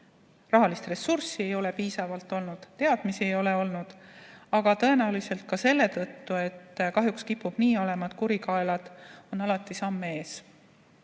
rahalist ressurssi ei ole piisavalt olnud, teadmisi ei ole olnud, aga tõenäoliselt ka selle tõttu, et kahjuks kipub olema nii, et kurikaelad on alati sammu